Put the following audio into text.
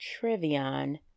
Trivion